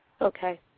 Okay